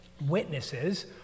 witnesses